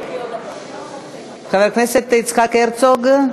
חבר הכנסת יצחק הרצוג,